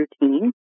routine